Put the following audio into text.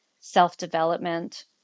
self-development